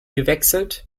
gewechselt